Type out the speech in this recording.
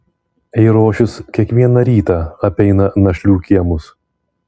eirošius kiekvieną rytą apeina našlių kiemus